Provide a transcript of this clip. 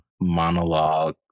monologue